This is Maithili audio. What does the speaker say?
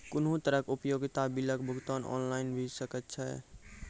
कुनू तरहक उपयोगिता बिलक भुगतान ऑनलाइन भऽ सकैत छै?